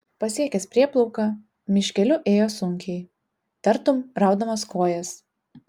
pasiekęs prieplauką miškeliu ėjo sunkiai tartum raudamas kojas